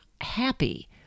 happy